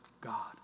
God